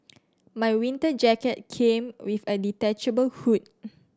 my winter jacket came with a detachable hood